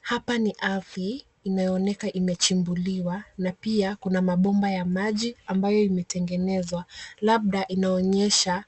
Hapa ni ardhi inayooneka imechimbuliwa na pia kuna mabomba ya maji ambayo imetengenezwa labda inaonyesha